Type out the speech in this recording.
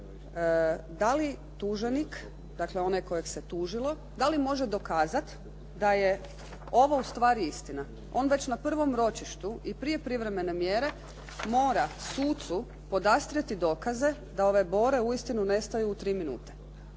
da li tuženik, dakle onaj kojeg se tužilo da li može dokazati da je ovo u stvari istina. On već na prvom ročištu i prije privremene mjere mora sucu podastrijeti dokaze da ove bore uistinu nestaju u tri minute.